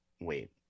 Wait